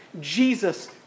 Jesus